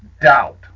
doubt